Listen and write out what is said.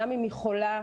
גם אם היא חולה,